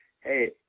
hey